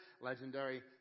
legendary